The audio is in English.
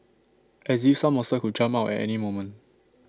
as if some monster could jump out at any moment